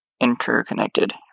interconnected